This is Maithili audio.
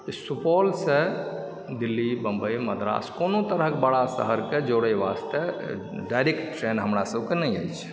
सुपौलसँ दिल्ली बम्बइ मद्रास कोनो तरहके बड़का शहरकेँ जोड़य वास्ते डाइरेक्ट ट्रेन हमरा सभके नहि अछि